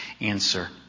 answer